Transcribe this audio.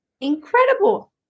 incredible